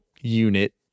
unit